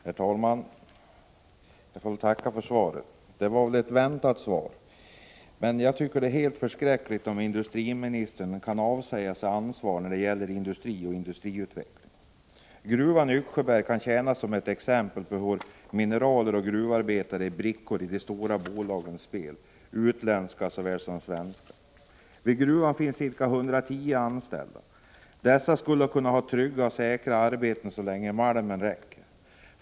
Herr talman! Jag tackar för svaret. Det var ett sådant svar som jag hade väntat mig, men jag tycker att det är förskräckligt om industriministern kan avsäga sig ansvaret när det gäller industrin och dess utveckling. Gruvan i Yxsjöberg kan tjäna som ett exempel på hur mineral och gruvarbetare är brickor i de stora bolagens spel, utländska såväl som svenska. Vid gruvan finns ca 110 anställda. Dessa skulle kunna ha trygga och säkra arbeten så länge malmen räcker.